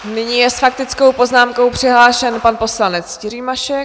Nyní je s faktickou poznámkou přihlášen pan poslanec Jiří Mašek.